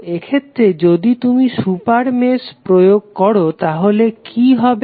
তো এক্ষেত্রে যদি তুমি সুপার মেশ প্রয়োগ করো তাহলে কি হবে